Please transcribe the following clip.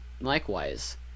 likewise